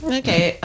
okay